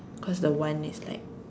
cause the one is like